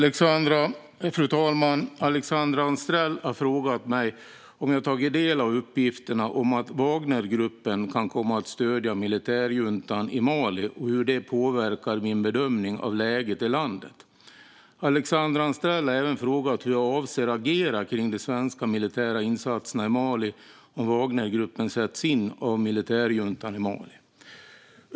Fru talman! har frågat mig om jag tagit del av uppgifterna om att Wagnergruppen kan komma att stödja militärjuntan i Mali och hur det påverkar min bedömning av läget i landet. Alexandra Anstrell har även frågat hur jag avser att agera kring de svenska militära insatserna i Mali om Wagnergruppen sätts in av militärjuntan i Mali.